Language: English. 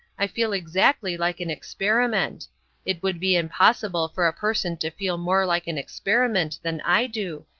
i feel exactly like an experiment it would be impossible for a person to feel more like an experiment than i do,